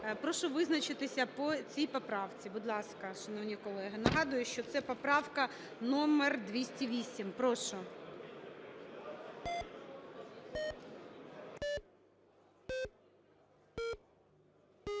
Прошу визначитися по цій поправці. Будь ласка, шановні колеги. Нагадую, що це поправка номер 208. Прошу.